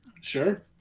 Sure